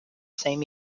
same